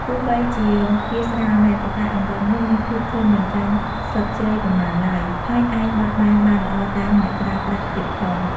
ទោះបីជាវាស្រាលមែន ប៉ុន្តែអង្រឹងនេះមានភាពធន់មិនចាញ់ស្លឹកជ្រៃប៉ុន្មានឡើយ ហើយអាចបត់បែនបានល្អតាមអ្នកប្រើប្រាស់ទៀតផង។